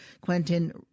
Quentin